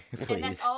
please